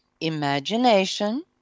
imagination